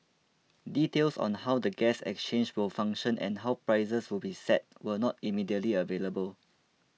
details on how the gas exchange will function and how prices will be set were not immediately available